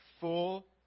Full